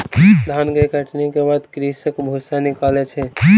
धान के कटनी के बाद कृषक भूसा निकालै अछि